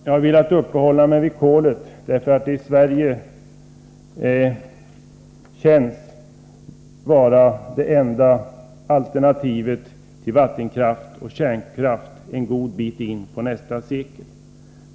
Jag har velat uppehålla mig vid kolet därför att det i Sverige synes vara det enda alternativet till vattenkraft och kärnkraft en god bit in på nästa sekel.